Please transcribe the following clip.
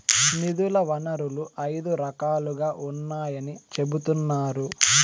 నిధుల వనరులు ఐదు రకాలుగా ఉన్నాయని చెబుతున్నారు